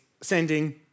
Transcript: sending